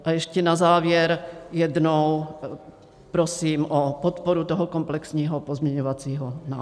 A ještě na závěr jednou prosím o podporu komplexního pozměňovacího návrhu.